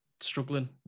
Struggling